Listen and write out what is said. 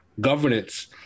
governance